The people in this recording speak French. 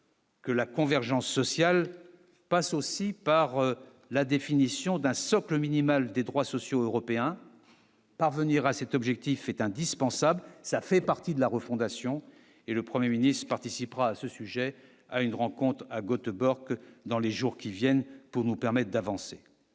Que la convergence sociale passe aussi par la définition d'un socle minimal des droits sociaux européens parvenir à cet objectif est indispensable, ça fait partie de la refondation et le 1er ministre participera à ce sujet à une rencontre à Göteborg, dans les jours qui viennent, pour nous permettent d'avancer.